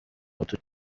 abahutu